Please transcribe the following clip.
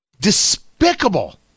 Despicable